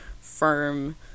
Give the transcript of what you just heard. firm